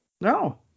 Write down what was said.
No